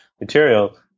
material